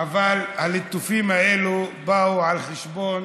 אבל הליטופים האלה באו על חשבון